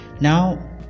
Now